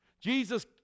Jesus